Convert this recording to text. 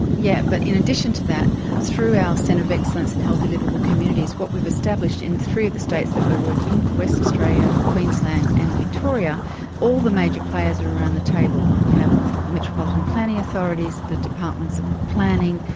yes, but in addition to that through our centre of excellence and healthy liveable communities what we've established in three of the states that we are working western australia, queensland and victoria all the major players are around the table. we have the metropolitan planning authorities, the departments of planning,